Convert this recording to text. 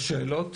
יש שאלות